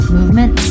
Movement